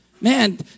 Man